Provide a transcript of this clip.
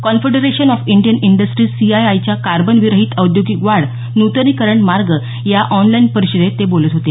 confederation of Indian industries सीआयआयच्या कार्बनविरहित औद्योगिक वाढ नूतनीकरण मार्ग या ऑनलाइन परिषदेत ते बोलत होते